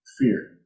fear